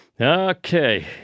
Okay